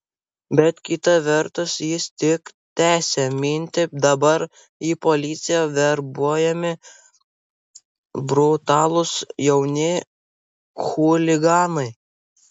bet kita vertus jis tik tęsė mintį dabar į policiją verbuojami brutalūs jauni chuliganai